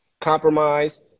compromise